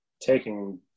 taking